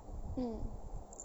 mm